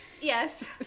Yes